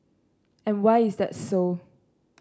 and why is that so